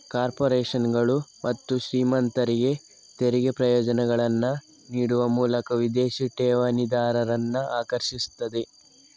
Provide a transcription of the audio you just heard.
ಕಾರ್ಪೊರೇಷನುಗಳು ಮತ್ತು ಶ್ರೀಮಂತರಿಗೆ ತೆರಿಗೆ ಪ್ರಯೋಜನಗಳನ್ನ ನೀಡುವ ಮೂಲಕ ವಿದೇಶಿ ಠೇವಣಿದಾರರನ್ನ ಆಕರ್ಷಿಸ್ತದೆ